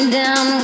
down